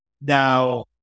Now